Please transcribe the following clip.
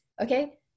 okay